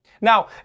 Now